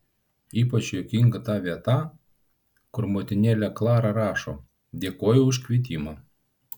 ypač juokinga ta vieta kur motinėlė klara rašo dėkoju už kvietimą